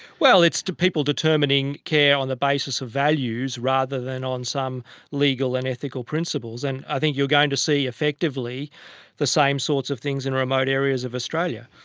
well, it's people determining care on the basis of values rather than on some legal and ethical principles, and i think you're going to see effectively the same sorts of things in remote areas of australia.